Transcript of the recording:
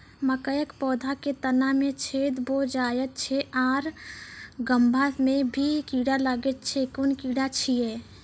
मकयक पौधा के तना मे छेद भो जायत छै आर गभ्भा मे भी कीड़ा लागतै छै कून कीड़ा छियै?